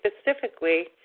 specifically